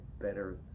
better